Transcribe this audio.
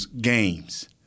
games